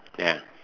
ya